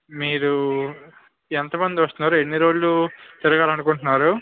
మీరు ఎంత మంది వస్తున్నారు ఎన్ని రోజులు తిరగాలనుకుంటున్నారు